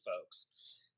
folks